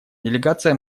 делегация